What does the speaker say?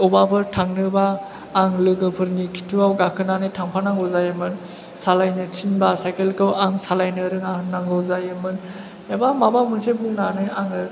अबावबाफोर थांनोबा आं लोगोफोरनि खिथुयाव गाखोनानै थांफानांगौ जायोमोन सालायनो थिनबा साइकेल खौ आं सालायनो रोङा होन्नांगौ जायोमोन एबा माबा मोनसे बुंनानै आङो